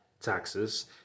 taxes